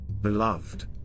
Beloved